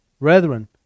brethren